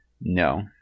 no